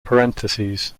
parentheses